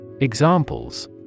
Examples